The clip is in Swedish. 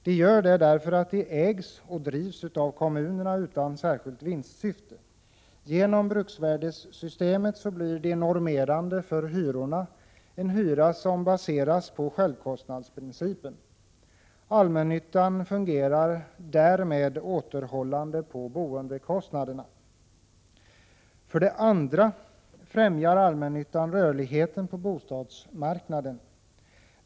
De gör det därför att de ägs och drivs av kommunerna utan särskilt vinstsyfte. Genom bruksvärdesystemet blir de normerande för hyrorna, en hyra som baseras på självkostnadsprincipen. Allmännyttan fungerar därmed återhållande på boendekostnaderna. För det andra främjar allmännyttan rörligheten på bostadsmarknaden.